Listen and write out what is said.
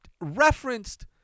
referenced